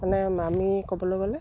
মানে আমি ক'বলৈ গ'লে